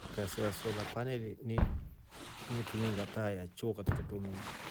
Kasi ya sola paneli ni ituniinga taa ya chio wakati tutetre umeme.